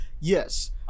yes